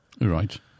Right